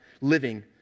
living